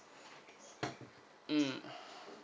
mm